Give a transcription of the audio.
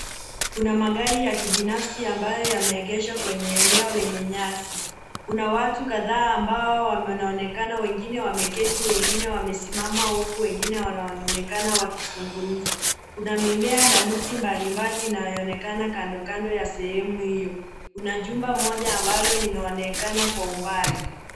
Kuna magari ya kibinafsi ambayo yameegeshwa kwenye eneo lenye nyasi. Kuna watu kadhaa ambao wanaonekana wengine wameketi, wengine wamesimama huku, wengine wanaonekana wakizungumza. Kuna mimea na miti mbalimbali na inayoonekana kando kando ya sehemu hiyo, kuna jumba moja ambalo linaonekana kwa umbali.